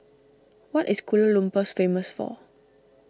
what is Kuala Lumpur famous for